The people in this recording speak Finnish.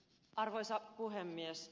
arvoisa puhemies